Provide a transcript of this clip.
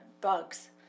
bugs